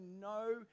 no